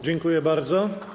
Dziękuję bardzo.